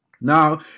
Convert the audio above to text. Now